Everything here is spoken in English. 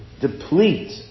deplete